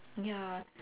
ya